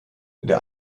der